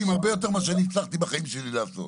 הרבה יותר ממה שאני הצלחתי בחיים שלי לעשות.